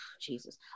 Jesus